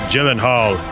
Gyllenhaal